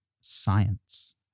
science